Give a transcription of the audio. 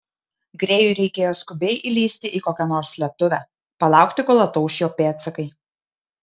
grėjui reikėjo skubiai įlįsti į kokią nors slėptuvę palaukti kol atauš jo pėdsakai